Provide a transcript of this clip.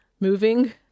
Moving